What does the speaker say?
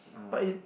but it